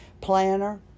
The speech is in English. planner